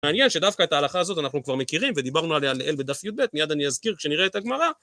מעניין שדווקא את ההלכה הזאת אנחנו כבר מכירים ודיברנו עליה לעיל בדף י"ב, מיד אני אזכיר כשנראה את הגמרא.